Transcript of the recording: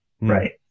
right